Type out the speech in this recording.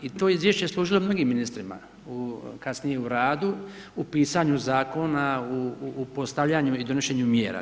I to je izvješće služilo mnogim ministrima, kasnije u radu, u pisanju zakona, u postavljanju i donošenje mjera.